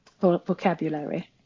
vocabulary